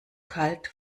kalt